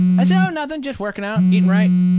i said, oh, nothing, just working out, eating right.